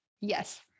Yes